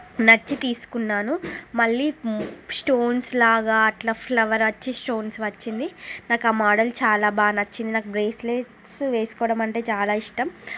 నచ్చి తీసుకున్నాను మళ్ళీ స్టోన్స్లాగా అట్లా ఫ్లవర్ వచ్చి స్టోన్స్ వచ్చింది నాకు ఆ మోడల్ చాలా బాగా నచ్చింది నాకు బ్రాస్లెట్సు వేసుకోవడం అంటే చాలా ఇష్టం